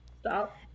Stop